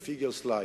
ו-figures lie.